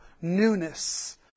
newness